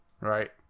right